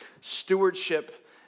Stewardship